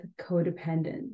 codependent